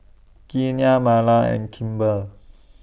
Keanna Marla and Kimber